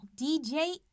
DJ